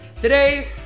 Today